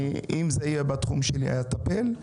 אם זה יהיה בתחום שלי, אני אטפל.